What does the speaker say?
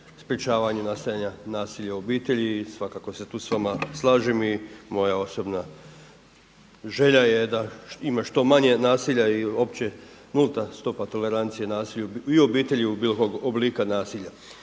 sprečavanju nastajanja nasilja u obitelji i svakako se tu s vama slažem i moja osobna želja je da ima što manje nasilja i uopće nulta stopa tolerancije nasilju i u obitelji i bilo kojeg oblika nasilja.